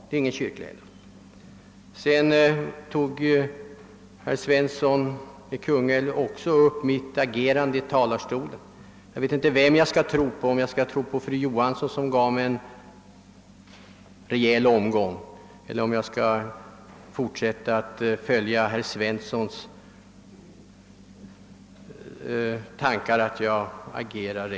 Herr Svensson i Kungälv tog också upp mitt agerande i talarstolen. Jag vet inte vem jag skall tro på, om jag skall sätta tilltro till fru Johansson, som gav mig en tillrättavisning eller om jag även i fortsättningen skall följa herr Svenssons anvisningar för mitt agerande.